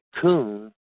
coon